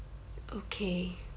okay